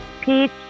Peach